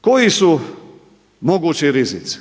Koji su mogući rizici?